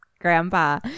Grandpa